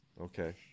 Okay